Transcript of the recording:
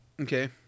Okay